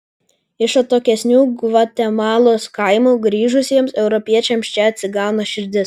iš atokesnių gvatemalos kaimų grįžusiems europiečiams čia atsigauna širdis